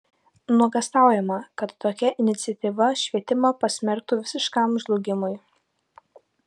nuogąstaujama kad tokia iniciatyva švietimą pasmerktų visiškam žlugimui